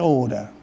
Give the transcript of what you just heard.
order